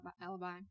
alibi